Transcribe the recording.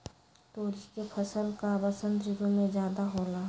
तोरी के फसल का बसंत ऋतु में ज्यादा होला?